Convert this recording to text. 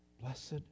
Blessed